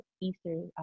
Easter